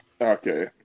Okay